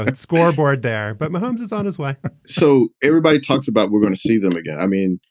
and scoreboard there. but mahomes is on his way so everybody talks about we're gonna see them again. i mean,